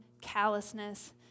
callousness